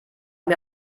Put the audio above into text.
mir